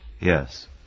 Yes